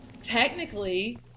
technically